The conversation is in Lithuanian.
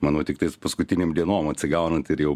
manau tiktais paskutinėm dienom atsigaunat ir jau